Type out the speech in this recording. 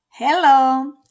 Hello